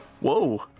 Whoa